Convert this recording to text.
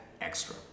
Extra